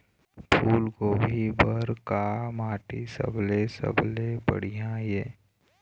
फूलगोभी बर का माटी सबले सबले बढ़िया ये?